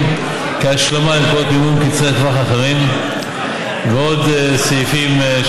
כהשלמה למקורות מימון קצרי טווח אחרים ועוד סעיפים.